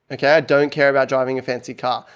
okay? i don't care about driving a fancy car.